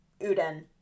Uden